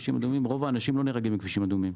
רוב האנשים לא נהרגים בכבישים עירונים.